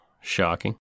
shocking